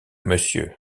monsieur